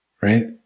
right